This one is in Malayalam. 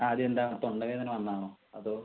ആദ്യം എന്താണ് തൊണ്ട വേദന വന്നതാണൊ അതോ